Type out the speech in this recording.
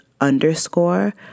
underscore